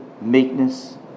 meekness